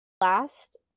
last